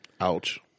Ouch